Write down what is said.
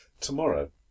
Tomorrow